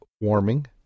Warming